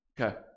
okay